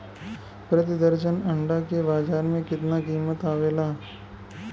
प्रति दर्जन अंडा के बाजार मे कितना कीमत आवेला?